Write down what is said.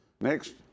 Next